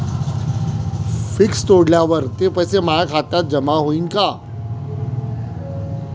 Fix तोडल्यावर ते पैसे माया खात्यात जमा होईनं का?